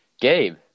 Gabe